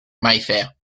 mayfair